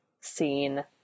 scene